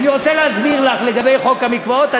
אני רוצה להסביר לך לגבי חוק המקוואות.